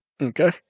Okay